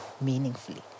meaningfully